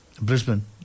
Brisbane